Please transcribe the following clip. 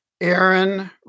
Aaron